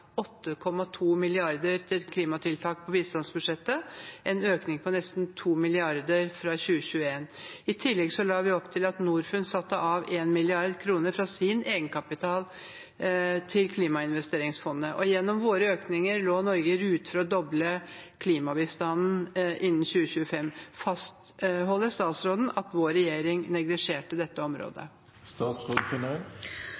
8,2 mrd. kr til klimatiltak på bistandsbudsjettet, en økning på nesten 2 mrd. kr fra 2021. I tillegg la vi opp til at Norfund satte av 1 mrd. kr fra sin egenkapital til klimainvesteringsfondet, og gjennom våre økninger var Norge i rute for å doble klimabistanden innen 2025. Fastholder statsråden at vår regjering neglisjerte dette området?